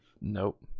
nope